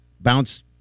Bounce